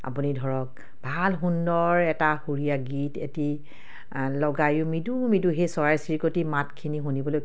আপুনি ধৰক ভাল সুন্দৰ এটা সুৰীয়া গীত এটি লগায়ো মৃদু মৃদু সেই চৰাই চিৰিকটি মাতখিনি শুনিবলৈ